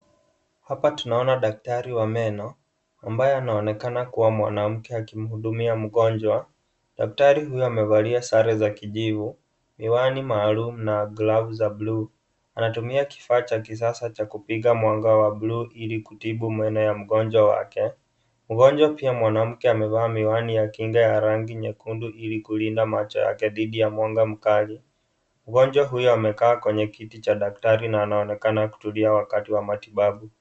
Hapa tunaona daktari wa meno ambaye anaonekana kuwa mwanamke akimhudumia mgonjwa. Daktari huyu amevalia sare za kijivu, miwani maalum na glavu za buluu. Anatumia kifaa cha kiasa cha kupiga mwanga wa buluu ili kutibu meno ya mgonjwa wake. Mgonjwa pia mwananamke amevaa miwani ya kinga ya rangi nyekundu ili kulinda macho yake dhidi ya mwanga mkali. Mgonjwa huyu amekaa kwenye kiti cha daktari na anaonekana kutulia wakati wa matibabu.